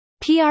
PR